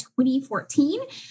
2014